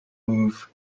move